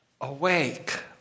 Awake